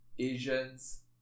Asians